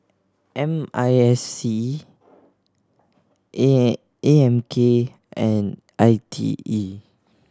M I S C A M K and I T E